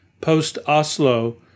post-Oslo